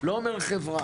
לא אומר "חברה"